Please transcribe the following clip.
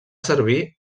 servir